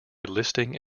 listing